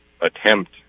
attempt